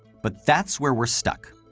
but that's where we're stuck.